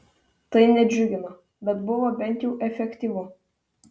tai nedžiugino bet buvo bent jau efektyvu